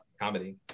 comedy